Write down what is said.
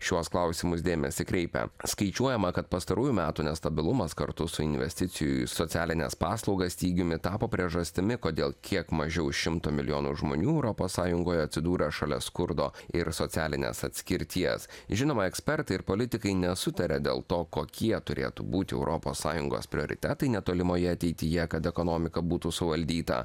šiuos klausimus dėmesį kreipia skaičiuojama kad pastarųjų metų nestabilumas kartu su investicijų į socialines paslaugas stygiumi tapo priežastimi kodėl kiek mažiau šimto milijonų žmonių europos sąjungoje atsidūrė šalia skurdo ir socialinės atskirties žinoma ekspertai ir politikai nesutaria dėl to kokie turėtų būti europos sąjungos prioritetai netolimoje ateityje kad ekonomika būtų suvaldyta